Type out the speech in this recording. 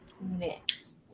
Next